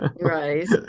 right